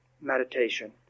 meditation